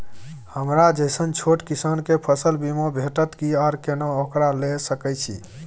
हमरा जैसन छोट किसान के फसल बीमा भेटत कि आर केना ओकरा लैय सकैय छि?